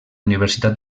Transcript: universitat